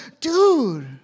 dude